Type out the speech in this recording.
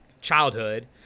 childhood